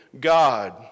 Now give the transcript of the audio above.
God